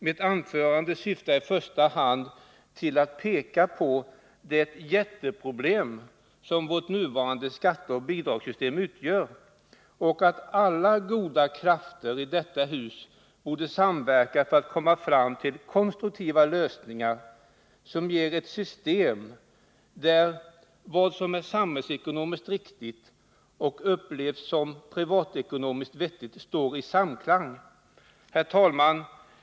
Mitt anförande syftar i första hand till att peka på det ”jätteproblem” som vårt nuvarande skatteoch bidragssystem utgör och att alla goda krafter i detta hus borde samverka för att komma fram till konstruktiva lösningar som ger ett system där vad som är samhällsekonomiskt riktigt och upplevs som privatekonomiskt vettigt står i samklang. Herr talman!